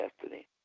Destiny